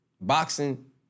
Boxing